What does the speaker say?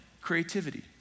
creativity